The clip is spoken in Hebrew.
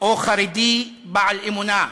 או חרדי בעל אמונה.